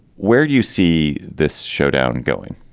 where do you see this showdown going.